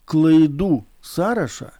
klaidų sąrašą